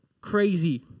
crazy